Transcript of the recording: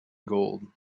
gold